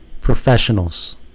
professionals